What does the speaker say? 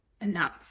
enough